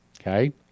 okay